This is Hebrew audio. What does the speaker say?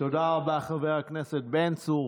תודה רבה, חבר הכנסת בן צור.